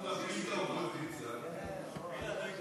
אתה